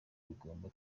bigomba